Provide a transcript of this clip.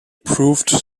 proved